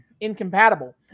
incompatible